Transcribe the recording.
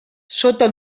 sota